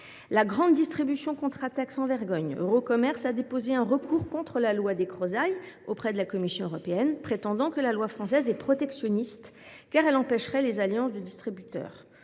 La grande distribution contre attaque sans vergogne : EuroCommerce a déposé un recours contre la loi Descrozaille auprès de la Commission européenne. Elle prétend que cette loi française est protectionniste, car elle empêcherait les alliances de distributeurs.